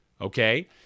okay